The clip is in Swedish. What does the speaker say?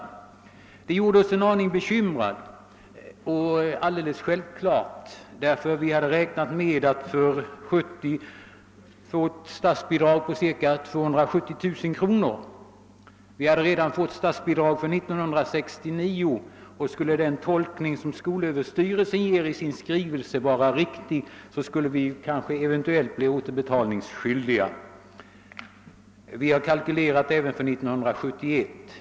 Detta gjorde oss en aning be kymrade, särskilt som vi hade räknat med att för 1970 få ett statsbidrag på ca 270 000 kronor. Vi hade redan fått statsbidrag för 1969, och skulle den tolkning som skolöverstyrelsen ger i sin skrivelse vara riktig, skulle vi eventuellt bli återbetalningsskyldiga: Vi har kalkylerat även för 1971.